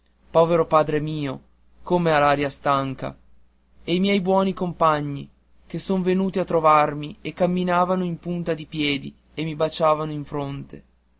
povero padre mio come ha l'aria stanca e i miei buoni compagni che son venuti a trovarmi e camminavano in punta di piedi e mi baciavano in fronte